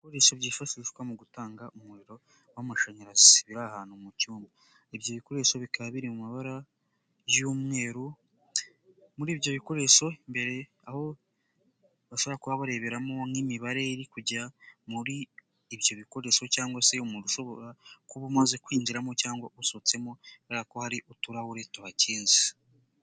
Ibikoresho byifashishwa mu gutanga umuriro w'amashanyarazi biri ahantu mu cyumba ibyo bikoresho bikaba biri mu mabara y'umweru muri ibyo bikoresho mbere aho bashobora kuba bareberamo nk'imibare iri kujya muri ibyo bikoresho cyangwa se umuntu ushobora kuba umaze kwinjiramo cyangwa usohotsemo kubera ko hari uturahuri tuhakinze.